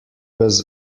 was